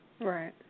Right